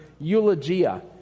eulogia